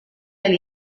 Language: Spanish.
del